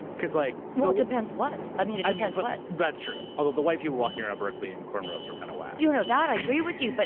like well, depends what. i mean, it depends what. that's true. although the white people walking around berkley in corn rows were kind of whack. you know that i agree with you. but